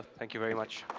thank you very much.